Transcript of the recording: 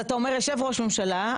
אתה אומר שיישב ראש ממשלה,